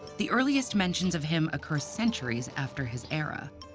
the earliest mentions of him occur centuries after his era.